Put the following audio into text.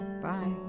Bye